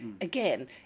again